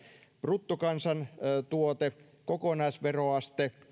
bruttokansantuote kokonaisveroaste